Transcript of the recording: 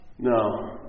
No